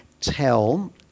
tell